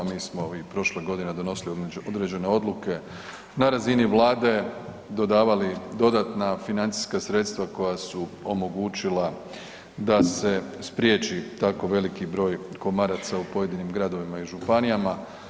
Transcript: Mi smo i prošle godine donosili određene odluke na razini Vlade, dodavali dodatna financijska sredstva koja su omogućila da se spriječi tako veliki broj komaraca u pojedinim gradovima i županijama.